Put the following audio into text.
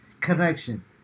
connection